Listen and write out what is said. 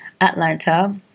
Atlanta